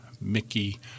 Mickey